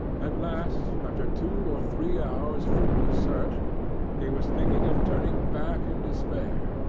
at last, after two or three hours' fruitless search he was thinking of turning back in despair,